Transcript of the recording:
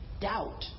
doubt